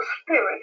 Spirit